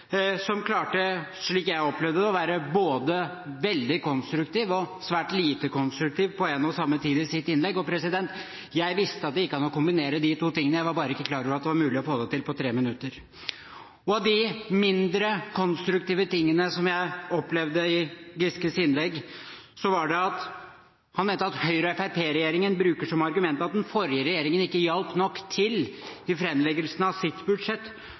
som klarte, slik jeg opplevde det, å være både veldig konstruktiv og svært lite konstruktiv på en og samme tid i sitt innlegg. Jeg visste at det gikk an å kombinere de to tingene – jeg var bare ikke klar over at det var mulig å få det til på 3 minutter! Av de mindre konstruktive tingene som jeg opplevde ved Giskes innlegg, var at han mente at Høyre–Fremskrittsparti-regjeringen bruker som argument at den forrige regjeringen ikke hjalp nok til ved framleggelsen av sitt budsjett